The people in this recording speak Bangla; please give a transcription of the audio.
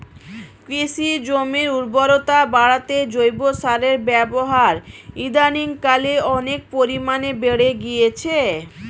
কৃষি জমির উর্বরতা বাড়াতে জৈব সারের ব্যবহার ইদানিংকালে অনেক পরিমাণে বেড়ে গিয়েছে